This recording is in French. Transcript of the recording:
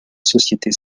sociétés